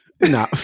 Nah